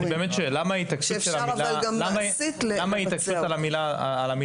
אני באמת שואל למה ההתעקשות על המילה הזאת?